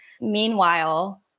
Meanwhile